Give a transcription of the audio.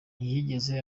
ntiyigeze